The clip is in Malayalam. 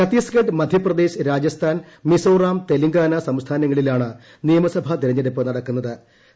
ഛത്തീസ്ഗഡ് മധ്യപ്രദേശ് രാജസ്ഥാൻ മിസോറം തെലങ്കാന സംസ്ഥിനങ്ങളിലാണ് നിയമസഭാ തെരെഞ്ഞെടുപ്പ് നടക്കുന്നിരു്